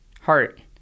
Heart